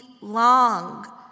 long